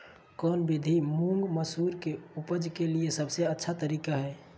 कौन विधि मुंग, मसूर के उपज के लिए सबसे अच्छा तरीका है?